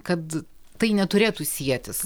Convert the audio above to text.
kad tai neturėtų sietis